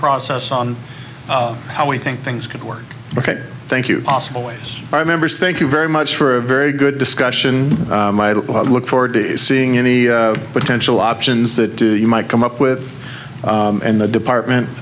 process on how we think things could work ok thank you possible ways our members thank you very much for a very good discussion look forward to seeing any potential options that you might come up with and the department